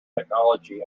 technology